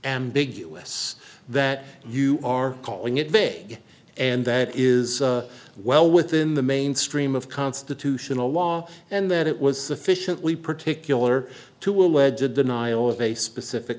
ambiguous that you are calling it big and that is well within the mainstream of constitutional law and that it was sufficiently particular to allege a denial of a specific